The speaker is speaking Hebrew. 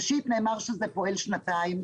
ראשית, נאמר שזה פועל שנתיים.